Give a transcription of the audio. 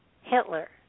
Hitler